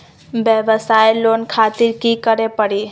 वयवसाय लोन खातिर की करे परी?